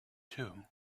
too